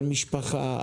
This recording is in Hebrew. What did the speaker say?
על משפחה,